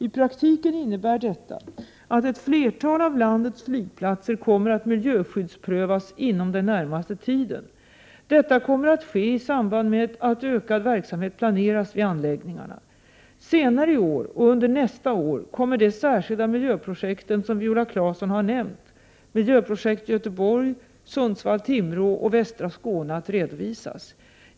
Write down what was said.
I praktiken innebär detta att ett flertal av landets flygplatser kommer att miljöskyddsprövas inom den närmaste tiden. Detta kommer att ske i samband med att utökad verksamhet planeras vid anläggningarna. Senare i år och under nästa år kommer de särskilda miljöprojekt som Viola Claesson har nämnt, miljöprojekt Göteborg, Sundsvall-Timrå och västra Skåne, att redovisas.